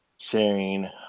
sharing